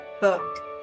book